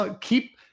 keep –